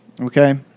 Okay